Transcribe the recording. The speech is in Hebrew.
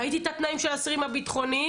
ראיתי את התנאים של האסירים הביטחוניים